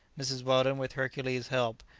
mrs. weldon, with hercules' help,